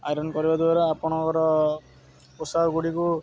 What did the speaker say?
iron କରିବା ଦ୍ୱାରା ଆପଣଙ୍କର ପୋଷାକ ଗୁଡ଼ିକୁ